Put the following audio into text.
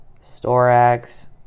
storax